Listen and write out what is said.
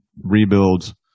rebuild